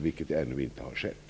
Det har ännu inte skett.